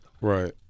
Right